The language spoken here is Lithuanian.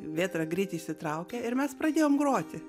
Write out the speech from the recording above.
vėtra greit išsitraukė ir mes pradėjom groti